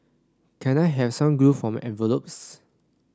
can I have some glue for my envelopes